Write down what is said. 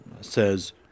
says